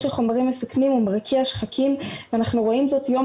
של חומרים מסכנים הוא מרקיע שחקים ואנחנו רואים זאת יום